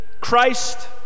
Christ